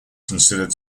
considered